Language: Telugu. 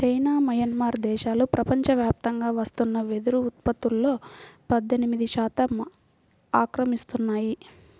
చైనా, మయన్మార్ దేశాలు ప్రపంచవ్యాప్తంగా వస్తున్న వెదురు ఉత్పత్తులో పద్దెనిమిది శాతం ఆక్రమిస్తున్నాయి